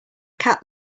cat